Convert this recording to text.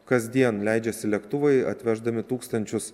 kasdien leidžiasi lėktuvai atveždami tūkstančius